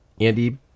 Andy